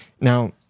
Now